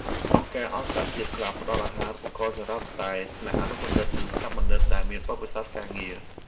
អង្គការអន្តរជាតិខ្លះផ្តល់អាហារូបករណ៍សម្រាប់តែថ្នាក់អនុបណ្ឌិតនិងថ្នាក់បណ្ឌិតដែលមានបទពិសោធន៍ការងារ។